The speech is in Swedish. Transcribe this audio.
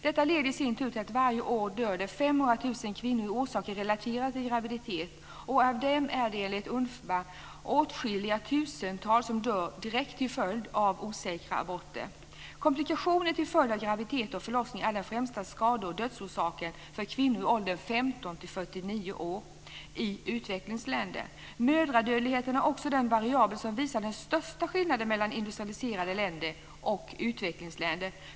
Det leder i sin tur till att det varje år dör 500 000 kvinnor i orsaker relaterade till graviditet, och av dem är det enligt UNFPA åtskilliga tusental som dör direkt till följd av osäkra aborter. Komplikationer till följd av graviditet och förlossning är den främsta skade och dödsorsaken för kvinnor i åldern 15-49 år i utvecklingsländer. Mödradödligheten är också den variabel som visar den största skillnaden mellan industrialiserade länder och utvecklingsländer.